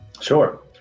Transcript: Sure